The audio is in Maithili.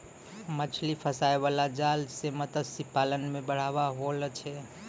मछली फसाय बाला जाल से मतस्य पालन मे बढ़ाबा होलो छै